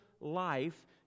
life